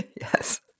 Yes